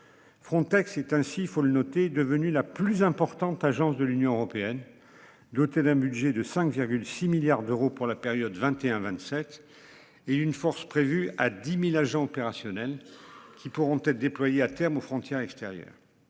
Frontex est ainsi, il faut le noter, devenue la plus importante agence de l'Union européenne. Dotée d'un budget de 5 6 milliards d'euros pour la période 21 27 et une force prévue à 10.000 agents opérationnels qui pourront être déployés à terme aux frontières extérieures.